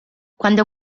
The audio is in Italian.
quando